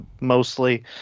mostly